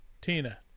Tina